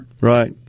right